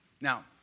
Now